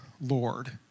Lord